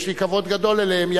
יש לי כבוד גדול אליהם.